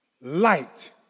light